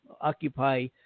occupy